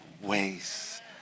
ways